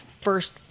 first